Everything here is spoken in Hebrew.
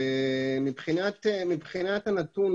מבחינת הנתון,